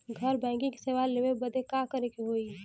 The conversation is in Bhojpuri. घर बैकिंग सेवा लेवे बदे का करे के होई?